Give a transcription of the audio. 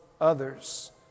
others